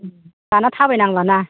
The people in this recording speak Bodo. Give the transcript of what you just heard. दाना थाबाय नांलाना